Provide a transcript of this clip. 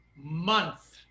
Month